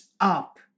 up